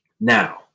Now